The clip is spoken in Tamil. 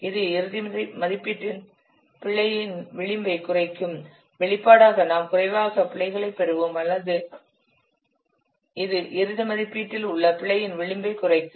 இது இறுதி மதிப்பீட்டில் பிழையின் விளிம்பைக் குறைக்கும் வெளிப்படையாக நாம் குறைவான பிழையைப் பெறுவோம் அல்லது இது இறுதி மதிப்பீட்டில் உள்ள பிழையின் விளிம்பைக் குறைக்கும்